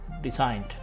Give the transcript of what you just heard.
designed